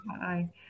Hi